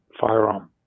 firearm